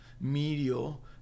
medial